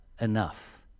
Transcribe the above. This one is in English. enough